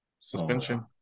Suspension